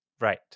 right